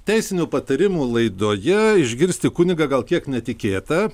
teisinių patarimų laidoje išgirsti kunigą gal kiek netikėta